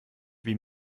wie